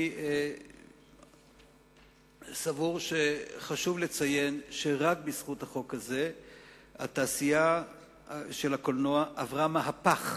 אני סבור שחשוב לציין שרק בזכות החוק הזה התעשייה של הקולנוע עברה מהפך.